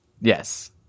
Yes